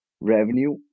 Revenue